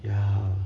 ya